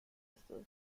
estos